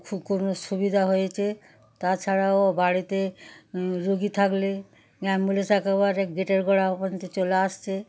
খুব সুবিধা হয়েছে তাছাড়াও বাড়িতে রুগী থাকলে অ্যাম্বুলেন্স একেবারে গেটের গোড়া পর্যন্ত চলে আসছে